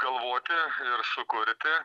galvoti ir sukurti